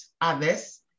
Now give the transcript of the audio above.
others